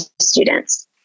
students